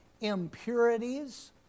impurities